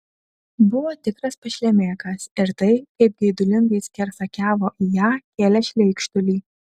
buvo tikras pašlemėkas ir tai kaip geidulingai skersakiavo į ją kėlė šleikštulį